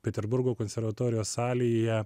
peterburgo konservatorijos salėje